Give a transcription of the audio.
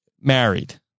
married